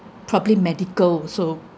probably medical also